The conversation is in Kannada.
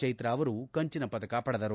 ಚೈತ್ರ ಅವರು ಕಂಚಿನ ಪದಕ ಪಡೆದರು